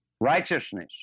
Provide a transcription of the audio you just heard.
Righteousness